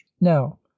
now